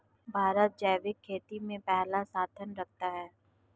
भारत जैविक खेती में पहला स्थान रखता है